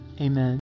amen